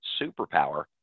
superpower